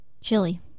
Chili